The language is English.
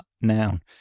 noun